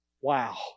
wow